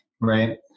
right